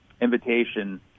Invitation